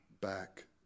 back